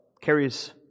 carries